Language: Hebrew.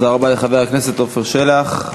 תודה רבה לחבר הכנסת עפר שלח.